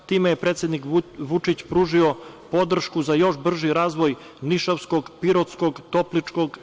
Time je predsednik Vučić pružio podršku za još brži razvoj Nišavskog, Pirotskog, Topličkog.